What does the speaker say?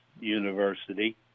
University